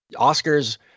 Oscars